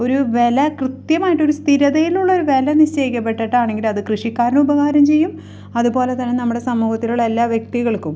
ഒരു വില കൃത്യമായിട്ടൊരു സ്ഥിരതയിലുള്ളൊരു വില നിശ്ചയിക്കപ്പെട്ടിട്ടാണെങ്കിലത് കൃഷിക്കാരനുപകാരം ചെയ്യും അതുപോലെ തന്നെ നമ്മുടെ സമൂഹത്തിലുള്ള എല്ലാ വ്യക്തികൾക്കും